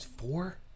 four